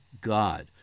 God